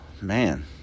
man